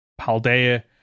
Paldea